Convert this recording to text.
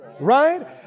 Right